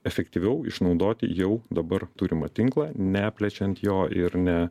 efektyviau išnaudoti jau dabar turimą tinklą neplečiant jo ir ne